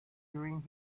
during